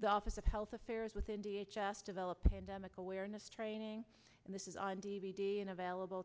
the office of health affairs with india just develop pandemic awareness training and this is on d v d and available